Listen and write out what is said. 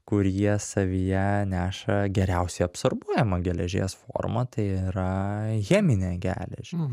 kurie savyje neša geriausiai absorbuojamą geležies formą tai yra cheminę geležį